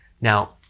Now